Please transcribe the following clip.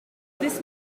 this